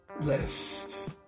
blessed